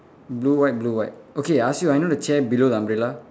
blue white blue white okay I ask you ah you know the chair below the umbrella